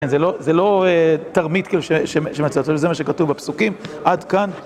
כן, זה לא תרמית כאילו שמצאת, וזה מה שכתוב בפסוקים עד כאן.